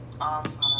Awesome